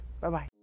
Bye-bye